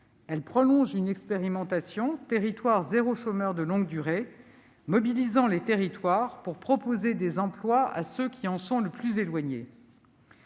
Elle prolonge une expérimentation, « territoires zéro chômeur de longue durée », mobilisant les territoires pour proposer des emplois à ceux qui en sont le plus éloignés.